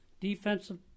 Defensive